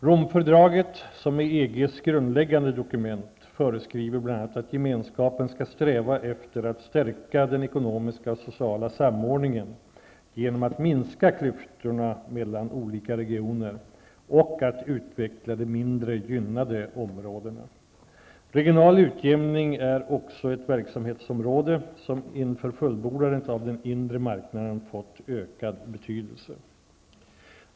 Romfördraget, som är EGs grundläggande dokument, föreskriver bl.a. att Gemenskapen skall sträva efter att stärka den ekonomiska och sociala samordningen genom att minska klyftorna mellan olika regioner och att utveckla de mindre gynnade områdena. Regional utjämning är också ett verksamhetsområde som inför fullbordandet av den inre marknaden fått ökad betydelse.